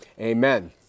Amen